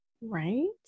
Right